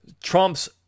Trump's